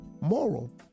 Moral